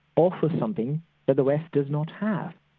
offer something that the west does not have.